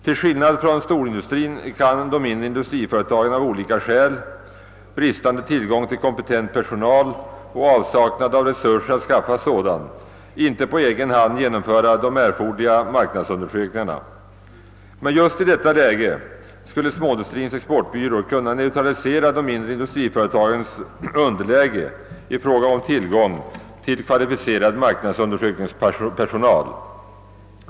Till skillnad från storindustrin kan de mindre industriföretagen av olika skäl — bl.a. bristande tillgång på kompetent personal och avsaknad av resurser att skaffa sådan — icke på egen hand genomföra de erforderliga marknadsundersökningarna. Just i detta läge skulle Småindustrins exportbyrå kunna neutralisera de mindre industriföretagens underläge när det gäller tillgången på kvalificerad marknadsundersökningspersonal.